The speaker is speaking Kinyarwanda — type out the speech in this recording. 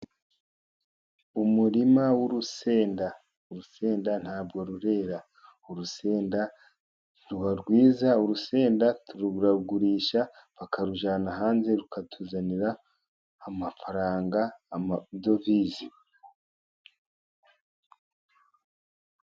Umurima w'urusenda, urusenda nta bwo rurera. urusenda ruba rwiza, urusenda turarugurisha bakarujyana hanze rukatuzanira amafaranga, amadovize.